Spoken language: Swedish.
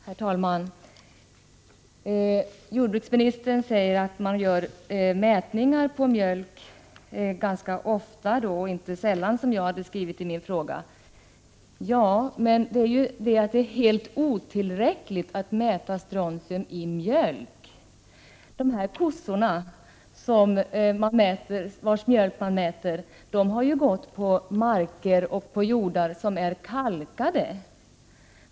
Herr talman! Jordbruksministern säger att man gör mätningar på mjölk ganska ofta, inte sällan som jag hade skrivit i min fråga. Ja, men det är ju helt otillräckligt att mäta strontium i mjölk. De kossor vars mjölk man mäter har ju gått på marker som är kalkade.